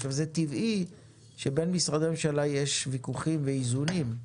עכשיו זה טבעי שבין משרדי הממשלה יש ויכוחים ואיזונים.